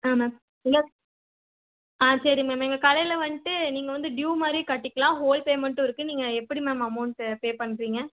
ஆ ma'am ஆ சரி ma'am எங்கள் கடையில் வந்துட்டு நீங்கள் வந்து டியூ மாதிரி கட்டிக்கலாம் ஹோல் பேமெண்ட்டும் இருக்குது நீங்கள் எப்படி மேம் அமௌண்ட்டு பே பண்ணுறீங்க